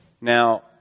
Now